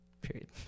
Period